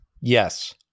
Yes